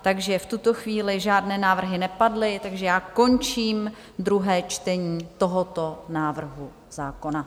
Takže v tuto chvíli žádné návrhy nepadly, takže já končím druhé čtení tohoto návrhu zákona.